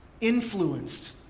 influenced